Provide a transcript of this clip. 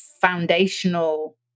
foundational